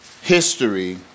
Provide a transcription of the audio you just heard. history